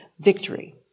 victory